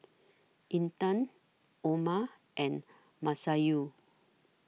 Intan Omar and Masayu